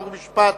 חוק ומשפט,